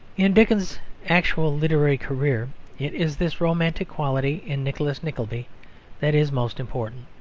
in dickens's actual literary career it is this romantic quality in nicholas nickleby that is most important.